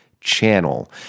channel